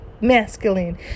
masculine